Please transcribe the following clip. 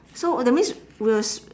so uh that means we s~